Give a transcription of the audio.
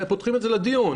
פותחים את זה לדיון.